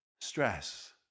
stress